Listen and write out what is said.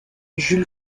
jules